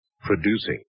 producing